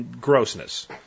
grossness